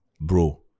Bro